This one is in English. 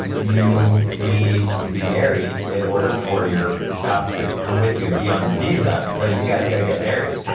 and you need to be married in order for your spouse to come with you and be on your visa. so, you guys got to get married.